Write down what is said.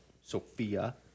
Sophia